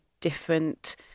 different